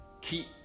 keep